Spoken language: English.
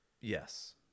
Yes